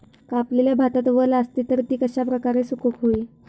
कापलेल्या भातात वल आसली तर ती कश्या प्रकारे सुकौक होई?